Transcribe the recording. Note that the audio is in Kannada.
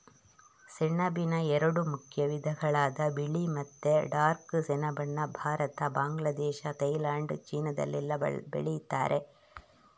ಸೆಣಬಿನ ಎರಡು ಮುಖ್ಯ ವಿಧಗಳಾದ ಬಿಳಿ ಮತ್ತೆ ಡಾರ್ಕ್ ಸೆಣಬನ್ನ ಭಾರತ, ಬಾಂಗ್ಲಾದೇಶ, ಥೈಲ್ಯಾಂಡ್, ಚೀನಾದಲ್ಲೆಲ್ಲ ಬೆಳೀತಾರೆ